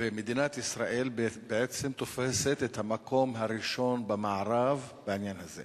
הרשויות המקומיות אין להן אפילו